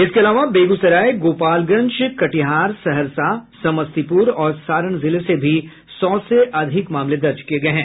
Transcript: इसके अलावा बेगूसराय गोपालगंज कटिहार सहरसा समस्तीपुर और सारण जिले से भी सौ से अधिक मामले दर्ज किये गये हैं